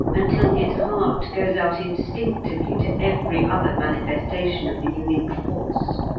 until his heart goes out instinctively to every other manifestation of the unique force